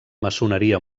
maçoneria